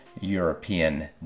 European